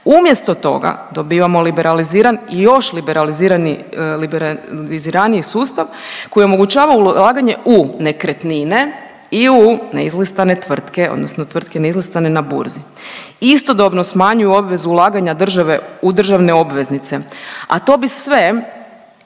Umjesto toga dobivamo liberaliziran i još liberalizirani, liberaliziraniji sustav koji omogućava ulaganje u nekretnine i u neislistane tvrtke odnosno tvrtke neizlistane na burzi. Istodobno smanjuju obvezu ulaganja države u državne obveznice. A to bi sve